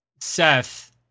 Seth